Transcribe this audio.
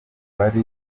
bari